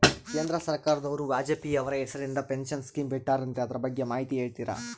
ಕೇಂದ್ರ ಸರ್ಕಾರದವರು ವಾಜಪೇಯಿ ಅವರ ಹೆಸರಿಂದ ಪೆನ್ಶನ್ ಸ್ಕೇಮ್ ಬಿಟ್ಟಾರಂತೆ ಅದರ ಬಗ್ಗೆ ಮಾಹಿತಿ ಹೇಳ್ತೇರಾ?